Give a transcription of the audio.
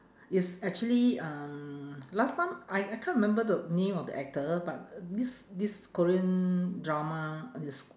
it's actually um last time I I can't remember the name of the actor but this this korean drama is